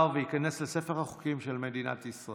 והחוק ייכנס לספר החוקים של מדינת ישראל.